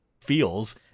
feels